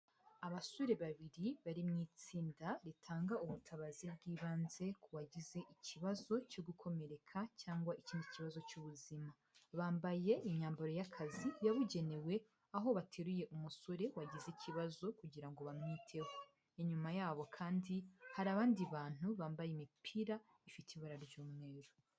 Abasore babiri bari mu itsinda ritanga ubutabazi bw'ibanze ku bagize ikibazo cyo gukomereka cyangwa ikindi kibazo cy'ubuzima. Bambaye imyambaro y'akazi yabugenewe, aho bateruye umusore wagize ikibazo kugira ngo bamwiteho, inyuma yabo kandi hari abandi bantu bambaye imipira ifite ibara ry'umweru.